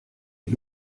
est